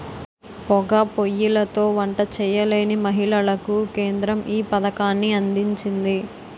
పోగా పోయ్యిలతో వంట చేయలేని మహిళలకు కేంద్రం ఈ పథకాన్ని అందించింది